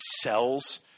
cells